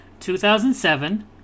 2007